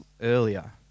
earlier